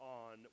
on